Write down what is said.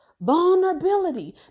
Vulnerability